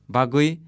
Bagui